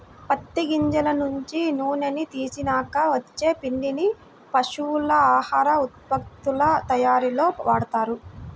పత్తి గింజల నుంచి నూనెని తీసినాక వచ్చే పిండిని పశువుల ఆహార ఉత్పత్తుల తయ్యారీలో వాడతారు